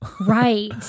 Right